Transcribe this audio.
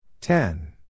Ten